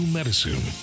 Medicine